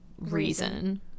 reason